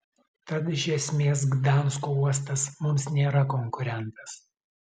tad iš esmės gdansko uostas mums nėra konkurentas